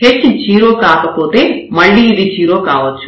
h 0 కాకపోతే మళ్లీ ఇది 0 కావచ్చు